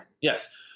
Yes